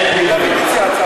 אין פינויים.